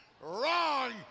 Wrong